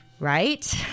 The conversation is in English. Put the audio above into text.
right